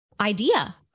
idea